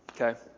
Okay